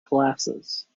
glasses